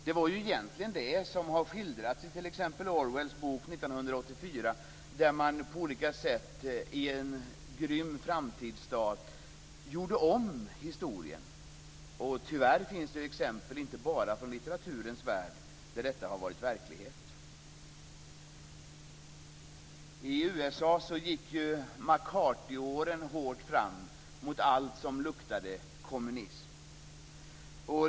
Det var egentligen det som skildrades i t.ex. Orwells bok 1984, där man på olika sätt i en grym framtidsstat gjorde om historien. Tyvärr finns det exempel inte bara från litteraturens värld, utan detta har varit verklighet. I USA gick McCarthy-åren hårt fram mot allt som luktade kommunism.